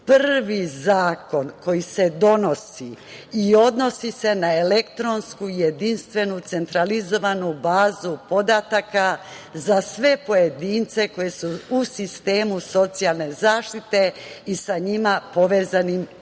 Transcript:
prvi zakon koji se donosi i odnosi se na elektronsku jedinstvenu centralizovanu bazu podataka za sve pojedince koji su u sistemu socijalne zaštite i sa njima povezanih lica,